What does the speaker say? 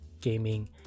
gaming